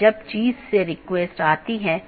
इसलिए उनके बीच सही तालमेल होना चाहिए